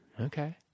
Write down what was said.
Okay